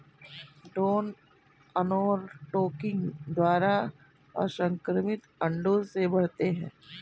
drone अर्नोटोकी द्वारा असंक्रमित अंडों से बढ़ते हैं